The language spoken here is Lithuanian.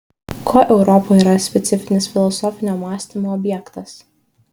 kuo europa yra specifinis filosofinio mąstymo objektas